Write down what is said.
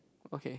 okay